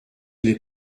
n’est